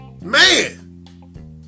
man